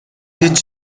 هیچ